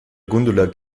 gundula